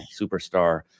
superstar